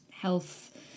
health